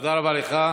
תודה רבה לך.